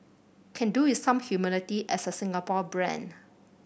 can do with some humility as a Singapore brand